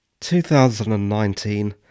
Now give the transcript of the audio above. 2019